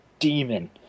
demon